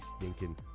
stinking